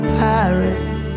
paris